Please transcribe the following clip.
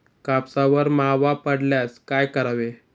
कापसावर मावा पडल्यास काय करावे?